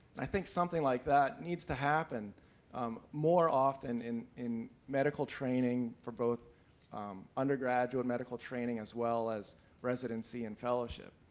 i think something like that needs to happen more often in in medical training for both undergraduate medical training as well as residency and fellowship.